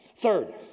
Third